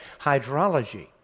Hydrology